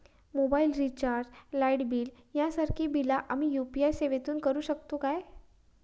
Mobile recharge, light bill यांसारखी बिला आम्ही यू.पी.आय सेवेतून करू शकतू काय?